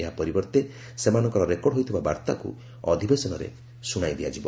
ଏହା ପରିବର୍ଭେ ସେମାନଙ୍କର ରେକର୍ଡ ହୋଇଥିବା ବାର୍ତ୍ତାକୁ ଅଧିବେଶନରେ ଶୁଣାଇ ଦିଆଯିବ